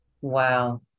Wow